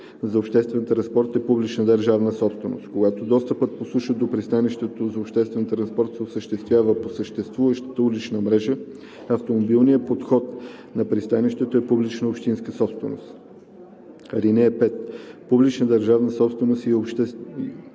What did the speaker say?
за обществен транспорт е публична държавна собственост. Когато достъпът по суша до пристанище за обществен транспорт се осъществява по съществуващата улична мрежа, автомобилният подход на пристанището е публична общинска собственост. (5) Публична държавна собственост е и общата